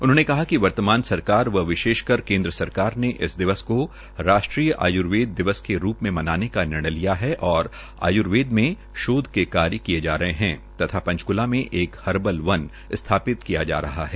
उन्होंने कहा कि वर्तमान सरकार व विशेषकर केन्द्र सरकार ने इस दिवस को राष्ट्रीय आय्र्वेद दिवस के रूप में मनाने का निर्णय लिया है और आय्र्वेद में शोध के कार्य किये जा रहे है तथा पंचकूला में एक हर्बल वन स्थापित किया जा रहा है